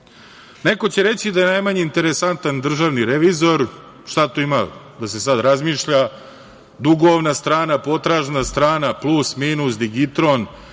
će reći da je najmanje interesantan državni revizor, šta tu ima da se sada razmišlja, dugovna strana, potražna strana, plus ili minus i digitron,